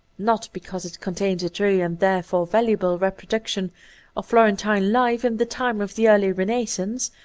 not because it contains a true, and therefore valuable, reproduc tion of florentine life in the time of the early renaissance,